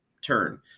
turn